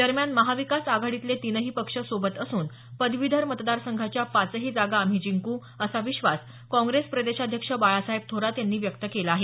दरम्यान महाविकास आघाडीतले तीनही पक्ष सोबत असून पदवीधर मतदार संघाच्या पाचही जागा आम्ही जिंकू असा विश्वास काँग्रेस प्रदेशाध्यक्ष बाळासाहेब थोरात यांनी व्यक्त केला आहे